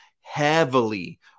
heavily